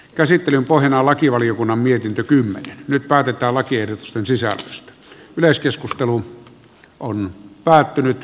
käsittelyn pohjanalakivaliokunnan mietintö kylmät ja tarvittavat pohjana on lakivaliokunnan mietintö